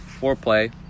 Foreplay